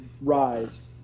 rise